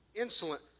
insolent